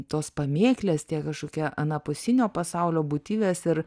tos pamėklės tie kažkokie anapusinio pasaulio būtybės ir